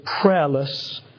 prayerless